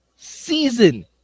season